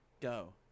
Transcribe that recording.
go